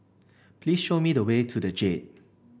please show me the way to the Jade